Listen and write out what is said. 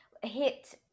Hit